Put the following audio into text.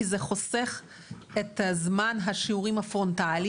כי זה חוסך את זמן השיעורים הפרונטליים,